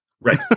Right